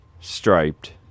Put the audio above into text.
striped